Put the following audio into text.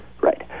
Right